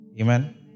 Amen